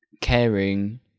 caring